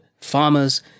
farmers